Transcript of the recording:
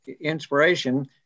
inspiration